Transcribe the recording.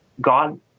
god